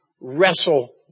wrestle